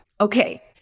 Okay